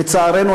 לצערנו,